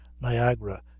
Niagara